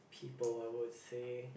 people I would say